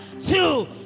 two